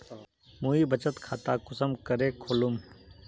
मुई बचत खता कुंसम करे खोलुम?